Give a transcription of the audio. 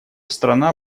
страна